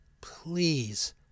please